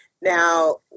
Now